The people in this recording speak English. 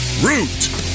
Root